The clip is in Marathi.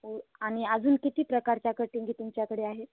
ओ आणि अजून किती प्रकारच्या कटिंगी तुमच्याकडे आहेत